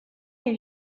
les